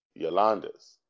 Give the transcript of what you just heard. Yolandas